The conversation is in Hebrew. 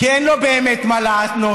אבל אתם חצופים, אתם מאשימים